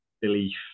belief